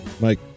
Mike